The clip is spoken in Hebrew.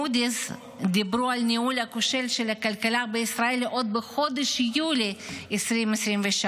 מודי'ס דיברו על הניהול הכושל של הכלכלה בישראל עוד בחודש יולי 2023,